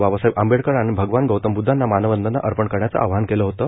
बाबासाहेब आंबेडकर आणि भगवान गौतम ब्द्वांना मानवंदना अर्पण करण्याचं आवाहन केलं होतं